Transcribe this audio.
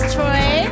Troy